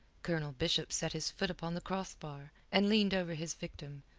colonel bishop set his foot upon the crossbar, and leaned over his victim,